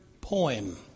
poem